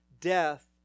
death